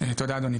תודה אדוני.